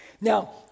Now